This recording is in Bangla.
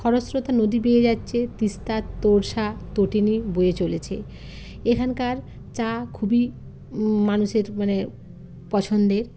খরস্রোতা নদী বেয়ে যাচ্ছে তিস্তা তোর্সা তটিনী বয়ে চলেছে এখানকার চা খুবই মানুষের মানে পছন্দের